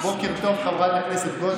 בוקר טוב, חברת הכנסת גוטליב.